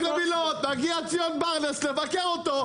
מגיע ציון ברנס לבקר אותו,